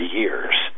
years